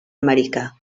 americà